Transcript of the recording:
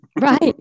Right